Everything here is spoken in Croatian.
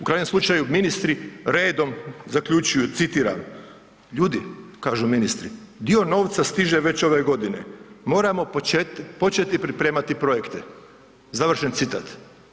U krajnjem slučaju ministri redom zaključuju, citiram „ljudi“, kažu ministri, „dio novca stiže već ove godine, moramo početi pripremati projekte“, završen citat.